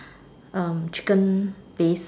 um chicken paste